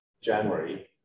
January